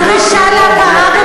הדרישה להכרה,